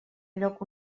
lloc